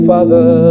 Father